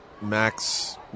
Max